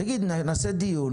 תגיד: נעשה דיון,